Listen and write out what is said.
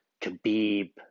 Khabib